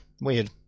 Weird